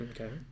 Okay